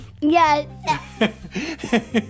Yes